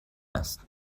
است